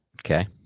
Okay